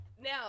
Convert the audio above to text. Now